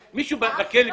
נקי.